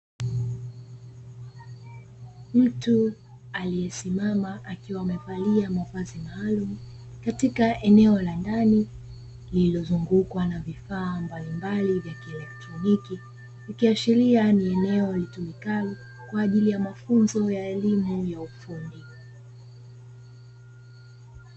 Mtu aliyesimama akiwa amevalia mavazi maalumu katika eneo la ndani lilozungukwa na vifaa mbalimbali vya kieletroniki, ikiashiria ni eneo litumikalo kwajili ya mafunzo ya eleimu ya ufundi.